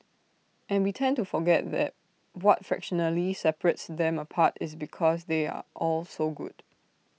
and we tend to forget that what fractionally separates them apart is because they are all so good